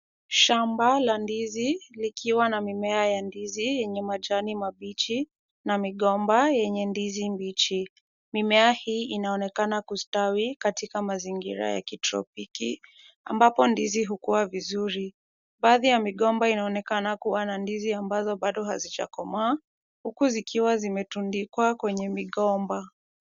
Shamba la ndizi likiwa na mimea ya ndizi yenye majani mabichi na migomba yenye ndizi mbichi. Mimea hii inaonekana kustawi katika mazingira ya kitropiki ambapo ndizi hukuwa vizuri. Baadhi ya migomba inaonekana kuwa na ndizi ambazo bado hazijakomaa huku zikiwa zimetundikwa kwenye migomba.